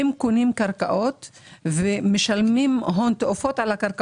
הם קונים קרקעות ומשלמים עליהן הון תועפות.